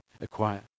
acquire